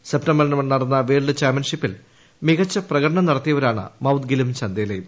സെപ്റ്റംബറിൽ നടന്ന വേൾഡ് ചാമ്പ്യൻഷിപ്പിൽ മികച്ച പ്രകടനം നടത്തിയിവരാണ് മൌദ്ഗിലും ചന്ദേലയും